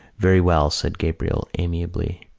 very well, said gabriel amiably,